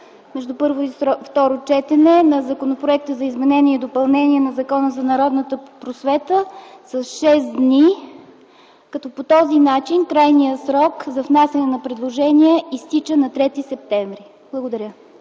между първо и второ четене на Законопроекта за изменение и допълнение на Закона за народната просвета с 6 дни, като по този начин крайният срок за внасяне на предложения изтича на 3 септември. Благодаря.